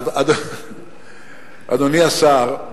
אדוני השר,